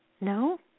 No